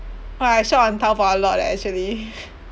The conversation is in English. !wah! I shop on Taobao a lot leh actually